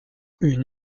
une